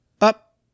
up